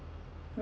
right